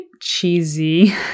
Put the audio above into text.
cheesy